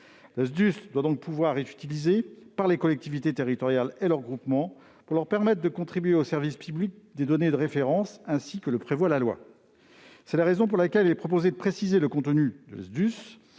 La SDUSN doit donc pouvoir être utilisée par les collectivités territoriales et leurs groupements pour leur permettre de contribuer au service public des données de référence, comme le prévoit la loi. C'est la raison pour laquelle il est proposé de préciser le contenu de la SDUSN,